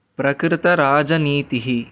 प्रकृतराजनीतिः